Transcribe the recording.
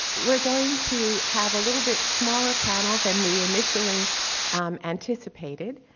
we're going to have a little bit smaller panel than we initially anticipated.